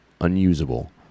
unusable